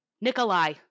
Nikolai